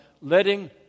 letting